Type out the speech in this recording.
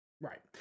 Right